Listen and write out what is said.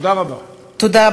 בשנה הבאה.